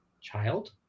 child